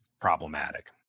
problematic